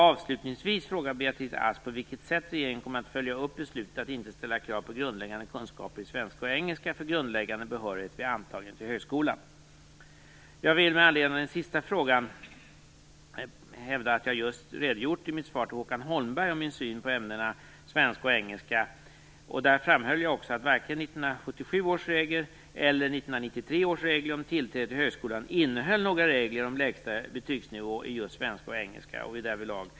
Avslutningsvis frågar Beatrice Ask på vilket sätt regeringen kommer att följa upp beslutet att inte ställa krav på grundläggande kunskaper i svenska och engelska för grundläggande behörighet vid antagning till högskolan. Jag vill med anledning av den sista frågan hävda att jag just redogjort i mitt svar till Håkan Holmberg för min syn på ämnena svenska och engelska. Där framhöll jag också att varken 1977 års regler eller 1993 års regler om tillträde till högskolan innehöll några regler om lägsta betygsnivå i just svenska och engelska.